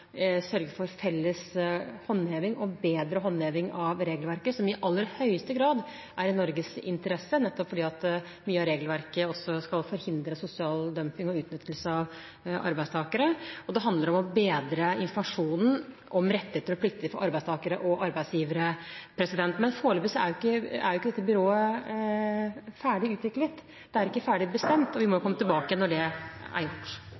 sørge for felles og bedre håndheving av regelverket, noe som i aller høyeste grad er i Norges interesse, nettopp fordi mye av regelverket også skal forhindre sosial dumping og utnyttelse av arbeidstakere. Og det handler om å bedre informasjonen om rettigheter og plikter for arbeidstakere og arbeidsgivere. Men foreløpig er ikke dette byrået ferdig utviklet. Det er ikke ferdig bestemt. Vi må få komme tilbake når det er gjort.